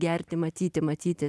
gerti matyti matyti